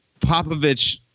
Popovich